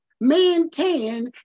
maintain